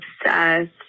obsessed